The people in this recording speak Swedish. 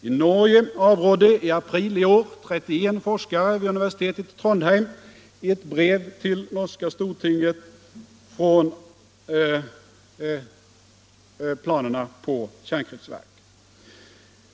I Norge avrådde i april i år 31 forskare vid universitetet i Trondheim i ett brev till norska stortinget från planerna på kärnkraftverk.